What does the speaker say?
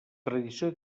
tradició